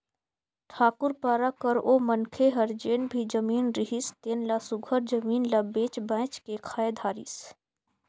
ठाकुर पारा कर ओ मनखे हर जेन भी जमीन रिहिस तेन ल सुग्घर जमीन ल बेंच बाएंच के खाए धारिस